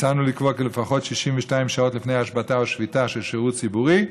הצענו לקבוע כי לפחות 62 שעות לפני השבתה או שביתה של שירות ציבורי,